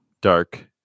dark